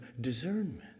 discernment